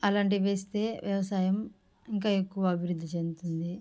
అలాంటి వేస్తే వ్యవసాయం ఇంకా ఎక్కువ అభివృద్ధి చెందుతుంది